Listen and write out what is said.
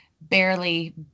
barely